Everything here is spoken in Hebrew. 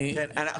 כן.